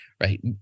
right